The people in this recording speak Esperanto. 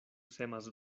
semas